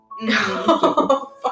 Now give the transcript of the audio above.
No